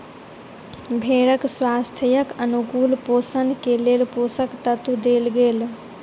भेड़क स्वास्थ्यक अनुकूल पोषण के लेल पोषक तत्व देल गेल